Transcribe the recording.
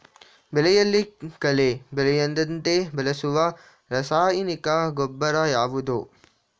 ಬೆಳೆಯಲ್ಲಿ ಕಳೆ ಬೆಳೆಯದಂತೆ ಬಳಸುವ ರಾಸಾಯನಿಕ ಗೊಬ್ಬರ ಯಾವುದು?